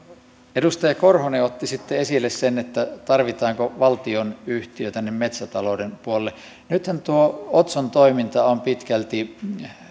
edustaja korhonen otti sitten esille sen tarvitaanko valtionyhtiö tänne metsätalouden puolelle nythän tuo otson toiminta on pitkälti